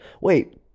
wait